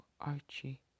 Archie